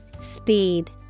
Speed